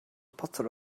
potter